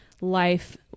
life